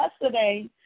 yesterday